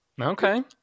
Okay